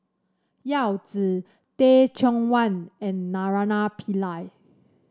Yao Zi Teh Cheang Wan and Naraina Pillai